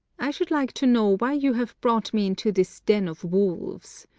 i should like to know why you have brought me into this den of wolves.